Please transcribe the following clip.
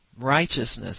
righteousness